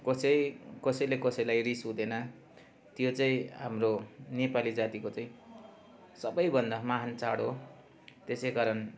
कसै कसैले कसैलाई रिस हुँदैन त्यो चाहिँ हाम्रो नेपाली जातिको चाहिँ सबैभन्दा महान् चाड हो त्यसै कारण